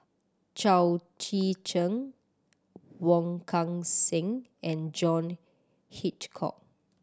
Chao Tzee Cheng Wong Kan Seng and John Hitchcock